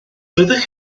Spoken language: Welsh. fyddech